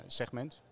segment